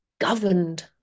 governed